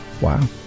Wow